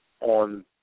On